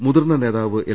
മുതിർന്ന നേതാവ് എൽ